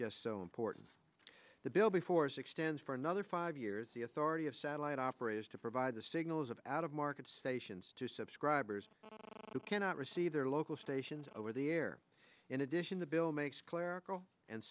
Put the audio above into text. just so important the bill before six stands for another five years the authority of satellite operators to provide the signals of out of market stations to subscribers who cannot receive their local stations over the air in addition the bill makes a clerical and